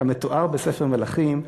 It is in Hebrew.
כמתואר בספר מלכים,